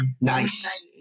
Nice